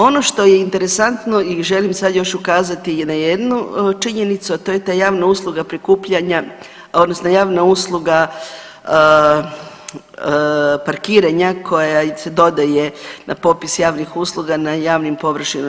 Ono što je interesantno i želim sad još ukazati na jednu činjenicu, a to je ta javna usluga prikupljanja, odnosno javna usluga parkiranja koja se dodaje na popis javnih usluga na javnim površinama.